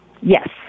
Yes